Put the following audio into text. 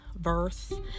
verse